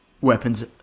weapons